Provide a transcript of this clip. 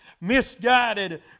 misguided